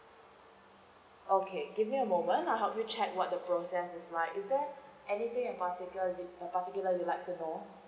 okay give me a moment I help you check what the process is like is there anything in particul~ uh particular you'd like to know